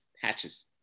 patches